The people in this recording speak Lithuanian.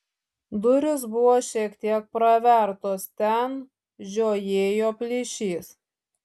durys buvo šiek tiek pravertos ten žiojėjo plyšys